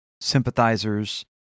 sympathizers